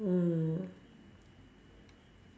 mm